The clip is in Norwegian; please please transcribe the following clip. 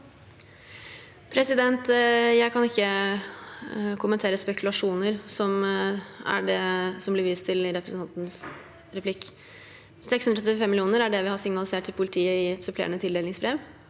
Jeg kan ikke kom- mentere spekulasjoner, som er det som blir vist til i representantens replikk. Det er 635 mill. kr vi har signalisert til politiet i supplerende tildelingsbrev.